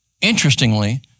Interestingly